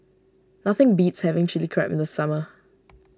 nothing beats having Chili Crab in the summer